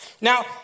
Now